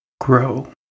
Grow